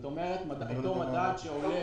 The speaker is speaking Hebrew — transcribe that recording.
כוונתי לאותו מדד שעולה